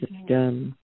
system